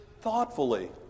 thoughtfully